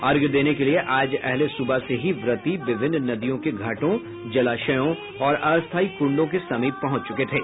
अर्घ्य देने के लिये आज अहले सुबह से ही व्रती विभिन्न नदियों के घाटों जलाशयों और अस्थायी कुंडों के समीप पहुंच चुके थे